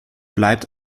bleibt